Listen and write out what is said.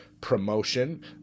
promotion